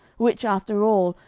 which, after all,